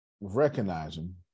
recognizing